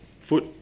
foot